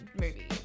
movie